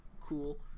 cool